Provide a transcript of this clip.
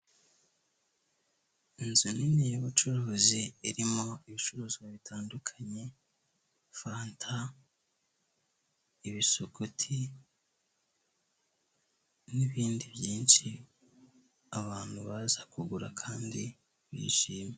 Serivisi za banki ya kigali zegerejwe abaturage ahanga baragaragaza uko ibikorwa biri kugenda bikorwa aho bagaragaza ko batanga serivisi zo kubika, kubikura, kuguriza ndetse no kwakirana yombi abakiriya bakagira bati murakaza neza.